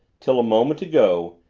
till a moment ago,